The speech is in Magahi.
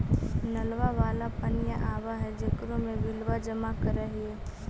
नलवा वाला पनिया आव है जेकरो मे बिलवा जमा करहिऐ?